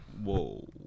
Whoa